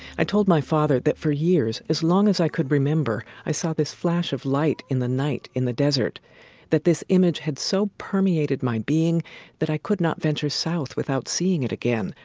i told my father that for years, as long as i could remember, i saw this flash of light in the night in the desert that this image had so permeated my being that i could not venture south without seeing it again,